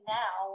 now